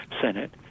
Senate